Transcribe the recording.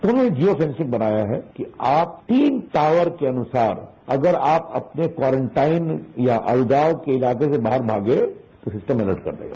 तो हमने जियो सिमसिम बनाया है कि आप तीन टावर के अनुसार अगर आप अपने कोरन्टाइम या अलगाव के इरादे से बाहर भागे उसमें मदद कर देगा